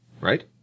Right